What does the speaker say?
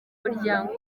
muryango